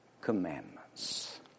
commandments